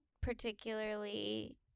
particularly